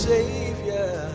Savior